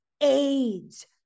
AIDS